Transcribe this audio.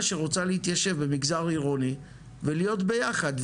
שרוצה להתיישב במגזר עירוני ולהיות ביחד,